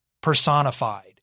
personified